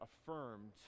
affirmed